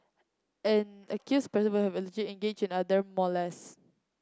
an accused person engaged in other molest